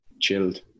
chilled